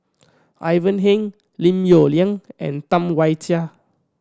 Ivan Heng Lim Yong Liang and Tam Wai Jia